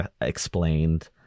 explained